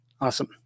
Awesome